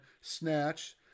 snatch